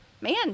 man